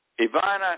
Ivana